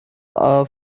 are